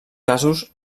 casos